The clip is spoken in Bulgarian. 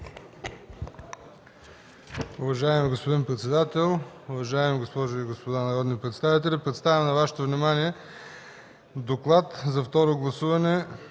Добре.